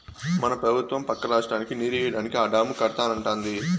మన పెబుత్వం పక్క రాష్ట్రానికి నీరియ్యడానికే ఆ డాము కడతానంటాంది